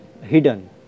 hidden